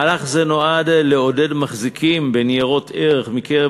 מהלך זה נועד לעודד מחזיקים בניירות ערך מקרב